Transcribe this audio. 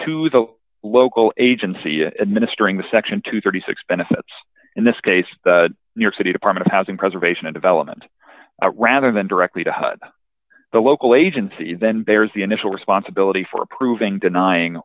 to the local agency administering the section to thirty six dollars benefits in this case the new york city department of housing preservation and development rather than directly to hud the local agency then bears the initial responsibility for approving denying